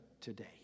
today